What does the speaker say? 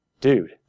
Dude